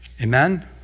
Amen